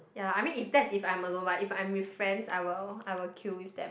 ya I mean if that's if I'm alone but if I'm with friends I will I will queue with them